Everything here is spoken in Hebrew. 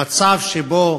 המצב שבו